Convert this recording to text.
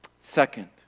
Second